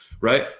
right